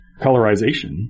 colorization